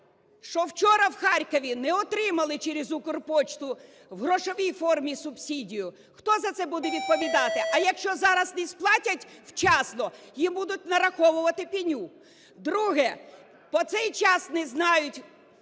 що вчора в Харкові не отримали через "Укрпошту" в грошовій формі субсидію. Хто за це буде відповідати? А якщо зараз не сплатять вчасно, їм будуть нараховувати пеню. Друге. По цей час не знають